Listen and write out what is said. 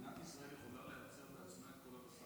מדינת ישראל יכולה לייצר לעצמה, בשר מצונן?